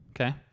Okay